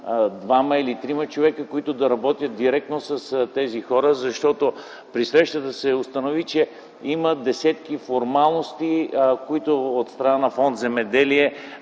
двама или трима човека, които да работят директно с тези хора, защото при срещата се установи, че има десетки формалности, от страна на Фонд „Земеделие”